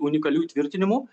unikalių tvirtinimų